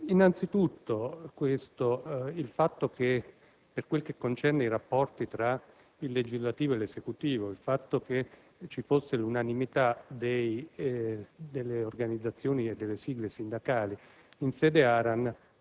anzitutto che, per quel che concerne i rapporti tra il Legislativo e l'Esecutivo, il fatto che ci fosse l'unanimità delle organizzazioni e delle sigle sindacali